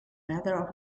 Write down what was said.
matter